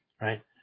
right